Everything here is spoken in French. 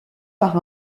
par